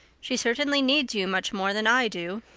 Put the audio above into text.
she certainly needs you much more than i do.